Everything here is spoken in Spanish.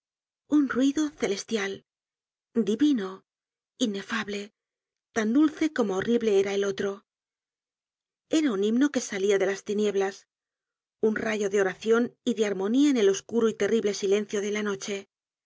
un ruido celestial divino inefable tan dulce como horrible era el otro era un himno que salia de la tinieblas un rayo de oración y de armonía en el oscuro y terrible silencio de la noche